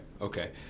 okay